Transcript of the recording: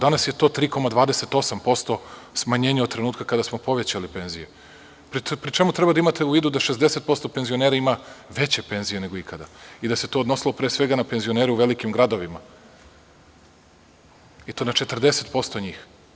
Danas je 3,28% smanjenje od trenutka kada smo povećali penzije, pri čemu trebate da imate u vidu da 60% penzionera ima veće penzije nego ikada i da se to odnosilo pre svega na penzionere u velikim gradovima i to na 40% njih.